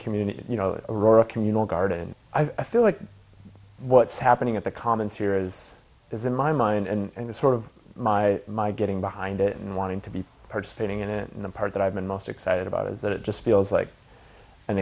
community you know aurora communal garden and i feel like what's happening at the commons here is is in my mind and the sort of my my getting behind it and wanting to be participating in it and the part that i've been most excited about is that it just feels like an